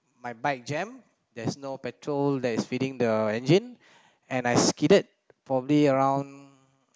my bike jammed there's no petrol that is feeding the engine and I skidded probably around